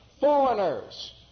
foreigners